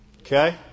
Okay